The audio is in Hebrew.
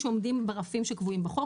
מיזוגים שעומדים ברפים שקבועים בחוק.